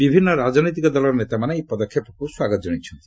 ବିଭିନ୍ନ ରାଜନୈତିକ ଦଳର ନେତାମାନେ ଏହି ପଦକ୍ଷେପକୁ ସ୍ୱାଗତ ଜଣାଇଛନ୍ତି